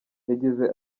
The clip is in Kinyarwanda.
yagize